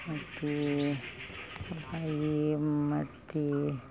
ಮತ್ತು ಪಪ್ಪಾಯಿ ಮತ್ತು